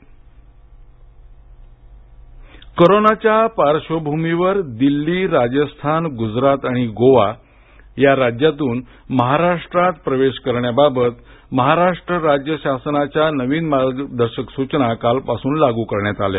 महा Covid कोरोनाच्या पार्श्वभूमीवर दिल्ली राजस्थान गुजराथ आणि गोवा या राज्यांतून महाराष्ट्रात प्रवेश करण्याबाबत महाराष्ट्र राज्य शासनाच्या नवीन मार्गदर्शक सूचना कालपासून लागू करण्यात आल्या